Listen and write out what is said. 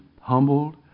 humbled